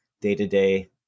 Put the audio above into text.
day-to-day